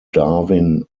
darwin